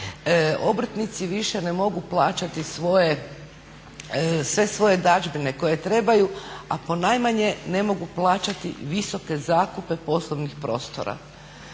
obrtnici više ne mogu plaćati sve svoje dažbine koje trebaju, a ponajmanje ne mogu plaćati visoke zakupe poslovnih prostora.